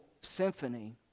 symphony